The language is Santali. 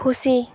ᱠᱷᱩᱥᱤ